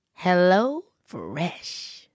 HelloFresh